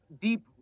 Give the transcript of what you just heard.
deep